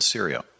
Syria